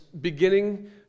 beginning